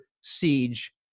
siege